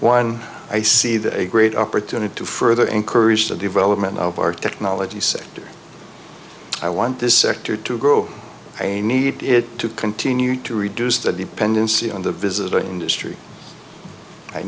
one i see that a great opportunity to further encourage the development of our technology sector i want this sector to grow i need it to continue to reduce the dependency on the visiting industry i